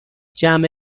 جمع